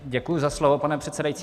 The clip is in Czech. Děkuji za slovo, pane předsedající.